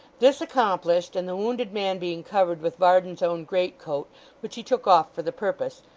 this accomplished, and the wounded man being covered with varden's own greatcoat which he took off for the purpose,